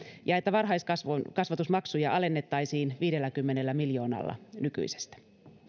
ja että varhaiskasvatusmaksuja alennettaisiin viidelläkymmenellä miljoonalla nykyisestä